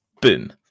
Boom